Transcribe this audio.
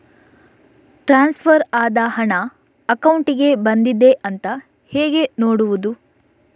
Transfer ಆದ ಹಣ ಅಕೌಂಟಿಗೆ ಬಂದಿದೆ ಅಂತ ಹೇಗೆ ನೋಡುವುದು?